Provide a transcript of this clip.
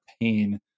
pain